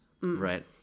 right